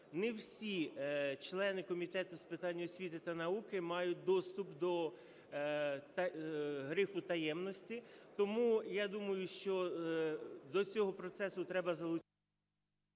Не всі члени Комітету з питань освіти та науки мають доступ до грифу таємності. Тому, я думаю, що до цього процесу треба …